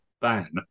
ban